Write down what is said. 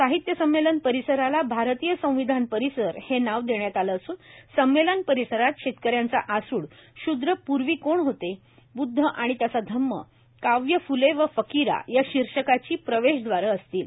साहित्य संमेलन परिसराला आरतीय संविधान परिसर हे नाव देण्यात आले असून संमेलन परिसरात शेतकऱ्यांचा आस्ड शूद्र पूर्वी कोण होते ब्द्ध आणि त्याचा धम्म काव्य फ्ले व फकिरा या शीर्षकाची प्रवेशद्वारे असतील